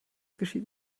geschieht